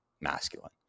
Masculine